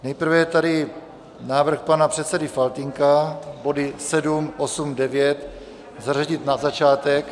Nejprve je tady návrh pana předsedy Faltýnka body 7, 8, 9 zařadit na začátek.